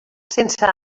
sense